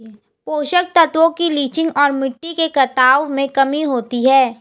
पोषक तत्वों की लीचिंग और मिट्टी के कटाव में कमी होती है